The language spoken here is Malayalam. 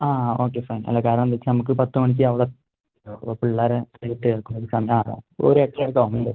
ആ ഓക്കെ ഫൈൻ അല്ല കാരണം എന്താ വെച്ചാൽ നമ്മൾക്ക് പത്ത് മണിക്ക് അവിടെ അപ്പം പിള്ളേർ കേൾക്കുന്ന ഒരു സമയം ആണേ ഒരു എട്ട് എട്ടര